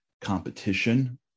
competition